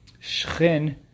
Shchin